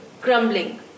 crumbling